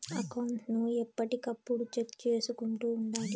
account ను ఎప్పటికప్పుడు check చేసుకుంటూ ఉండాలి